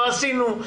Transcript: לא עשינו,